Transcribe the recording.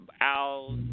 owls